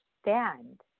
stand